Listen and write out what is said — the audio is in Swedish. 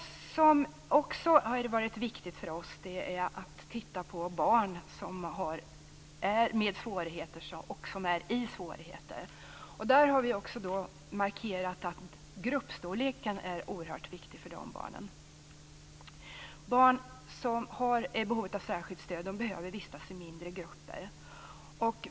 Något annat som har varit viktigt för oss är att titta på barn som är i svårigheter. Där har vi markerat att gruppstorleken är oerhört viktig för barnen. Barn som har behov av särskilt stöd behöver vistas i mindre grupper.